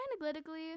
analytically